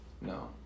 No